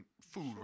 food